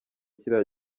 kiriya